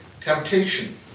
temptation